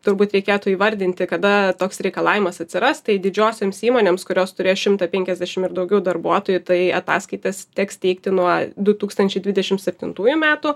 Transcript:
turbūt reikėtų įvardinti kada toks reikalavimas atsiras tai didžiosioms įmonėms kurios turės šimtą penkiasdešim ir daugiau darbuotojų tai ataskaitas teks teikti nuo du tūkstančiai dvidešim septintųjų metų